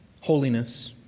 holiness